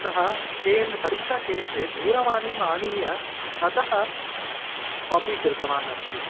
सः परीक्षाकेन्द्रे दूरवाणीम् आनीय ततः कापि कृतवान् अस्ति